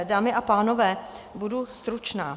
Dámy a pánové, budu stručná.